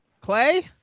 Clay